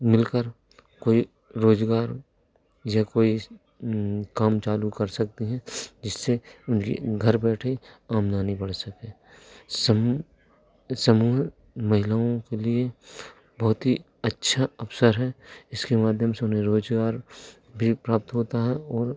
मिलकर कोई रोज़गार या कोई काम चालू कर सकती हैं जिससे उनकी घर बैठे आमदनी बढ़ सके समूह समूह में महिलाओं के लिए बहुत ही अच्छा अवसर है इसके माध्यम से उन्हें रोज़गार भी प्राप्त होता है और